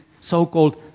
so-called